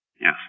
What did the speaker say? Yes